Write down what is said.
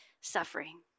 suffering